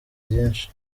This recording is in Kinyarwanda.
vyinshi